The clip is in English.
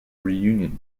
reunion